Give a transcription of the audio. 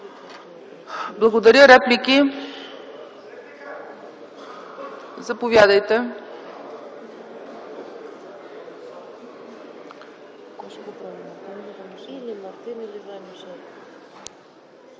Благодаря. Реплики? Заповядайте.